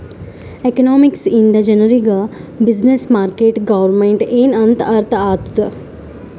economics ಇಂದ ಜನರಿಗ್ business, market, government ಎನ್ ಅಂತ್ ಅರ್ಥ ಆತ್ತುದ್